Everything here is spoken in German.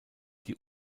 die